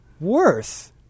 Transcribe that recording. worse